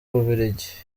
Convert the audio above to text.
bubiligi